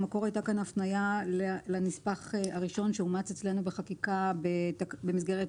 במקור הייתה כאן הפנייה לנספח הראשון שאומץ אצלנו בחקיקה במסגרת